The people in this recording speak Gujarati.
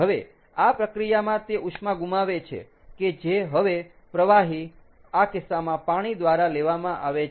હવે આ પ્રક્રિયામાં તે ઉષ્મા ગુમાવે છે કે જે હવે પ્રવાહી આ કિસ્સામાં પાણી દ્વારા લેવામાં આવે છે